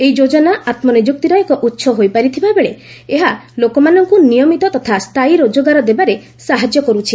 ଏହି ଯୋଜନା ଆତ୍ମନିଯୁକ୍ତିର ଏକ ଉତ୍ସ ହୋଇପାରିଥିବା ବେଳେ ଏହା ଲୋକମାନଙ୍କୁ ନିୟମତ ତଥା ସ୍ଥାୟୀ ରୋଜଗାର ଦେବାରେ ସାହାଯ୍ୟ କରୁଛି